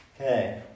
Okay